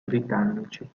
britannici